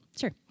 Sure